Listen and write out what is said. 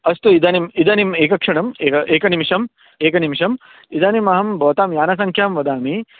अस्तु इदानीम् इदानीम् एकक्षणम् एक एकनिमिषम् एकनिमिषम् इदानीम् अहं भवतां यानसङ्ख्यां वदामि